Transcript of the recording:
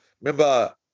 remember